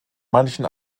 manchen